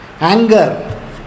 anger